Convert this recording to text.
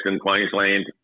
queensland